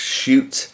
shoot